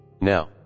Now